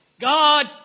God